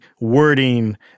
wording